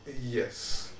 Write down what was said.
Yes